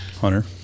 Hunter